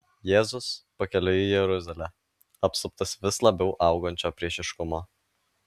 jėzus pakeliui į jeruzalę apsuptas vis labiau augančio priešiškumo